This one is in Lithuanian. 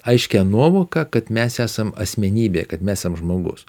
aiškią nuovoką kad mes esam asmenybė kad mes esam žmogus